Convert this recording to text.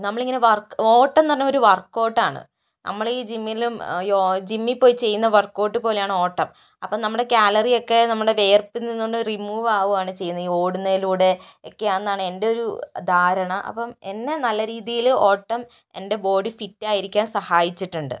നമ്മളിങ്ങനെ വര്ക്ക് ഓട്ടം തന്നെ ഒരു വർക്കൗട്ടാണ് നമ്മളീ ജിമ്മിലും ഈ ജിമ്മിൽ പോയി ചെയ്യുന്ന വർക്കൗട്ടു പോലെയാണ് ഓട്ടം അപ്പോൾ നമ്മുടെ കാലറിയൊക്കെ നമ്മുടെ വിയര്പ്പില് നിന്ന് റിമൂവാവുകയാണ് ചെയ്യുന്നത് ഈ ഓടുന്നതിലൂടെ ഒക്കെയാണെന്നാണ് എൻ്റെ ഒരു ധാരണ അപ്പോൾ എന്നെ നല്ല രീതിയില് ഓട്ടം എൻ്റെ ബോഡി ഫിറ്റായിരിക്കാന് സഹായിച്ചിട്ടുണ്ട്